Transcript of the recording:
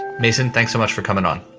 mason, thanks so much for coming on.